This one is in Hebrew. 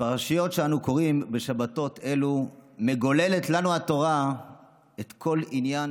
בפרשיות שאנו קוראים בשבתות אלו מגוללת לנו התורה את כל עניין